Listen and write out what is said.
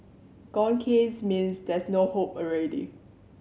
gone case means there's no more hope already